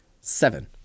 seven